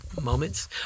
moments